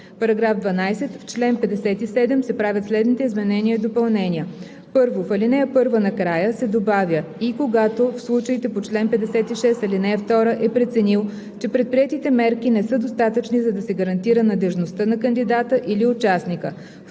§ 12: „§ 12. В чл. 57 се правят следните изменения и допълнения: „1. В ал. 1 накрая се добавя „и когато в случаите по чл. 56, ал. 2 е преценил, че предприетите мерки не са достатъчни, за да се гарантира надеждността на кандидата или участника“.